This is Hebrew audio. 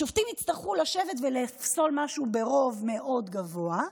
השופטים יצטרכו לשבת ולפסול משהו ברוב מאוד גבוה,